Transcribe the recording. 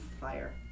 fire